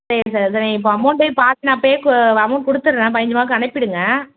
சரி சார் சரி நீங்கள் இப்போது அமௌண்டே பார்த்து நான் பேக்கு அமௌண்ட் கொடுத்துறேன் பதினஞ்சு மாக்கு அனுப்பிடுங்க